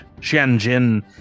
Shenzhen